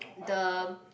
the